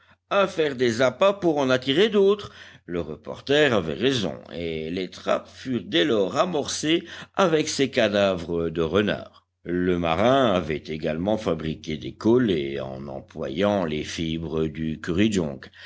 à faire des appâts pour en attirer d'autres le reporter avait raison et les trappes furent dès lors amorcées avec ces cadavres de renards le marin avait également fabriqué des collets en employant les fibres du